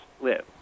live